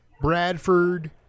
bradford